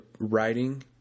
writing